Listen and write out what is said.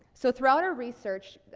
so throughout our research, ah,